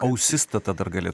ausistata dar galėtų būti žodis